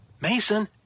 Mason